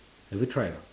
have you tried or not